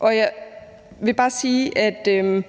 Jeg vil bare sige, at jeg